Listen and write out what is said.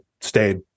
stayed